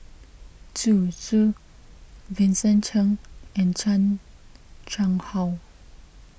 Zhu Zu Vincent Cheng and Chan Chang How